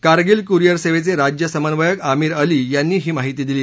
Kargil courier सेवेचे राज्य समन्वयक आमीर अली यांनी ही माहिती दिली